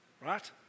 Right